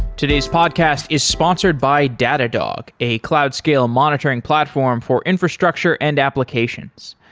today's podcast is sponsored by datadog, a cloud scale monitoring platform for infrastructure and applications.